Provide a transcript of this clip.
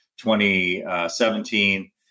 2017